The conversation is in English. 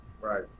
right